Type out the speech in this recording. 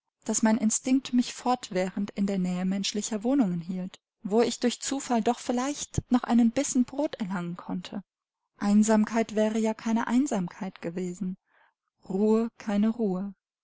daß mein instinkt mich fortwährend in der nähe menschlicher wohnungen hielt wo ich durch zufall doch vielleicht noch einen bissen brot erlangen konnte einsamkeit wäre ja keine einsamkeit gewesen ruhe keine ruhe